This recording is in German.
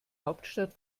hauptstadt